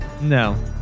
No